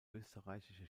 österreichische